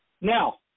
Now